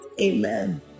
Amen